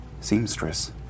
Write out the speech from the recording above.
seamstress